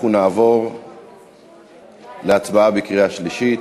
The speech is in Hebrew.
אנחנו נעבור להצבעה בקריאה שלישית.